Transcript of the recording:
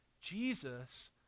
Jesus